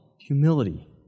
humility